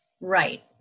Right